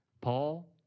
Paul